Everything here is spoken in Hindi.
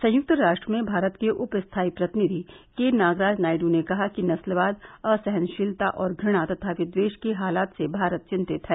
संयुक्त राष्ट्र में भारत के उप स्थायी प्रतिनिधि के नागराज नायडू ने कहा कि नस्लवाद असहनशीलता और घृणा तथा विद्देष के हालात से भारत चिंतित है